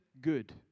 good